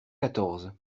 quatorze